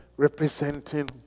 representing